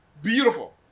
Beautiful